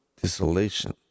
desolation